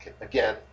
Again